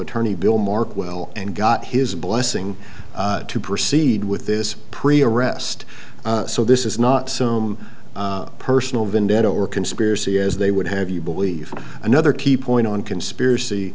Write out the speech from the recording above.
attorney bill markwell and got his blessing to proceed with this pre arrest so this is not some personal vendetta or conspiracy as they would have you believe another key point on conspiracy